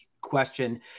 question